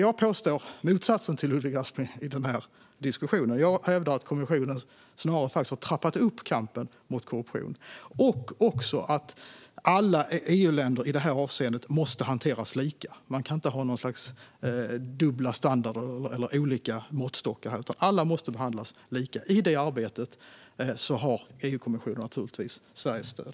Jag påstår därför motsatsen till vad Ludvig Aspling säger i den här diskussionen: Jag hävdar att kommissionen faktiskt snarare har trappat upp kampen mot korruption - och även att alla EU-länder måste hanteras lika i det här avseendet. Man kan inte ha något slags dubbla standarder eller olika måttstockar här, utan alla måste behandlas lika. I det arbetet har EUkommissionen naturligtvis Sveriges stöd.